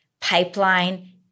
pipeline